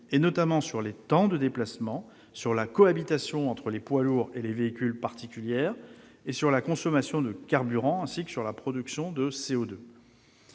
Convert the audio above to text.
induits, sur les temps de déplacement, la cohabitation entre les poids lourds et les véhicules particuliers, la consommation de carburant ainsi que la production de CO2.